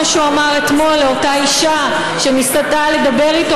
כמו שהוא אמר אתמול לאותה אישה שניסתה לדבר איתו